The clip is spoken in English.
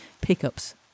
pickups